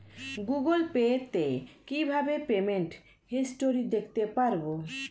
Google Pay তে কিভাবে payment history দেখতে পারবো?